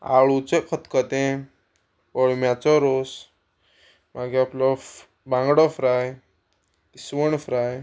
आळूचें खतखतें अळम्यांचो रोस मागीर आपलो बांगडो फ्राय इस्वण फ्राय